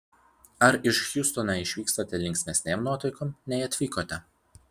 ar iš hjustono išvykstate linksmesnėm nuotaikom nei atvykote